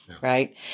Right